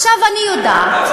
למה נהרגו השבוע?